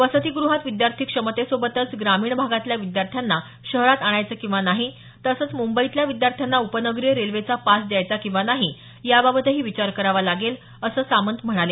वसतीगृहात विद्यार्थी क्षमतेसोबतच ग्रामीण भागातल्या विद्यार्थ्यांना शहरात आणायचं किंवा नाही तसंच मुंबईतल्या विद्यार्थ्यांना उपनगरी रेल्वेचा पास द्यायचा किंवा नाही याबाबतही विचार करावा लागेल असं सामंत म्हणाले